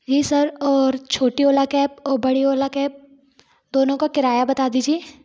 जी sir और छोटी Ola cab और बड़ी ओला कैब दोनों का किराया बता दीजिए